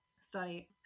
study